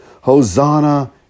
Hosanna